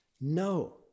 No